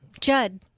Judd